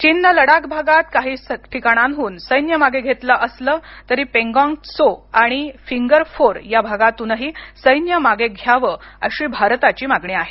चीन नं लडाख भागात काही ठिकाणांहून सैन्य मागे घेतलं असलं तरी पॅनगोंग त्सो आणि फिंगर फोर या भागातूनही सैन्य मागे घ्यावं अशी भारताची मागणी आहे